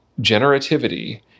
generativity